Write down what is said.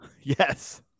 yes